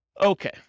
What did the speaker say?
Okay